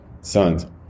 sons